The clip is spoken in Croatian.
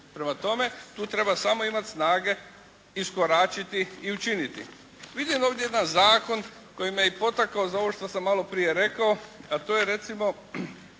Prema tome, tu treba samo imati snage iskoračiti i učiniti. Vidim ovdje jedan zakon koji me je i potakao za ovo što sam maloprije rekao a to je recimo